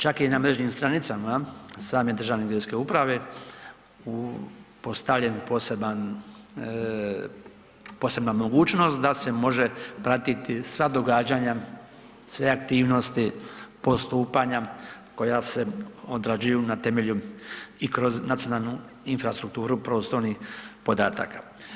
Čak je na mrežnim stranicama same Državne geodetske uprave postavljen posebna mogućnost da se mogu pratiti sva događanja, sve aktivnosti postupanja koja se odrađuju na temelju i kroz nacionalnu infrastrukturu prostornih podataka.